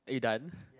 are you done